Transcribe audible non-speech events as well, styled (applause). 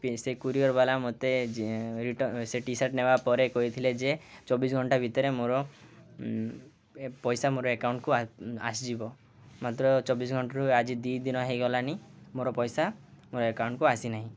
ସେ କୁରିଅର୍ ବାଲା ମୋତେ (unintelligible) ସେ ଟି ସାର୍ଟ ନେବା ପରେ କହିଥିଲେ ଯେ ଚବିଶି ଘଣ୍ଟା ଭିତରେ ମୋର ପଇସା ମୋର ଆକାଉଣ୍ଟକୁ ଆସିଯିବ ମାତ୍ର ଚବିଶି ଘଣ୍ଟାରୁ ଆଜି ଦୁଇ ଦିନ ହୋଇଗଲାନି ମୋର ପଇସା ମୋର ଆକାଉଉଣ୍ଟକୁ ଆସିନାହିଁ